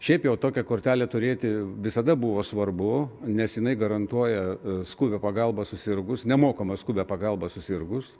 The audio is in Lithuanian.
šiaip jau tokią kortelę turėti visada buvo svarbu nes jinai garantuoja skubią pagalbą susirgus nemokamą skubią pagalbą susirgus